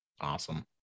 Awesome